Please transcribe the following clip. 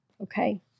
Okay